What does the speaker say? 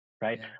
right